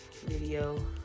Video